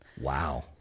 wow